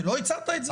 כי לא הצעת את זה.